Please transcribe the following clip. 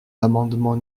l’amendement